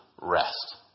rest